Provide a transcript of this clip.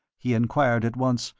he enquired at once,